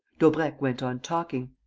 daubrecq went on talking.